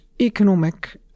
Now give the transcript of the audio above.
economic